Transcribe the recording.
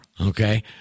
okay